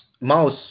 mouse